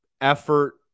effort